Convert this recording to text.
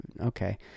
okay